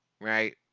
right